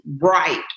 right